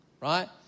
right